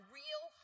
real